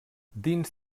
dins